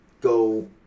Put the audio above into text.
go